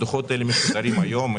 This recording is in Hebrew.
הדוחות האלה מפוזרים היום.